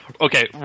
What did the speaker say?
Okay